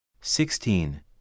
Sixteen